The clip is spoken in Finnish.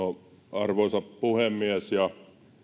arvoisa puhemies